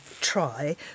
try